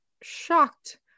shocked